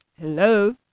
Hello